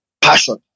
passion